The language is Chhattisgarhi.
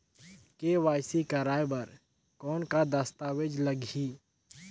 के.वाई.सी कराय बर कौन का दस्तावेज लगही?